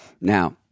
Now